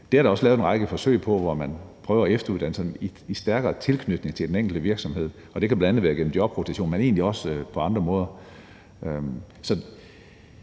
Det er der også lavet en række forsøg med, hvor man prøver at give efteruddannelserne stærkere tilknytning til den enkelte virksomhed, og det kan bl.a. være gennem jobrotation, men egentlig også på andre måder.